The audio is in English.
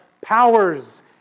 powers